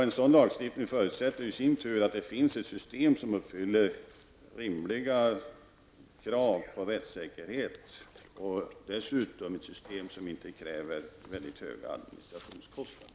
En sådan lagstiftning förutsätter i sin tur att det finns ett system, som uppfyller rimliga krav på rättssäkerhet och som dessutom inte kräver mycket höga administrationskostnader.